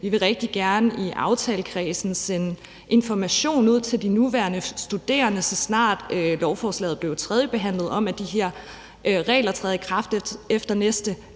Vi vil rigtig gerne i aftalekredsen sende information ud til de nuværende studerende, så snart lovforslaget er blevet tredjebehandlet, om, at de her regler træder i kraft efter næste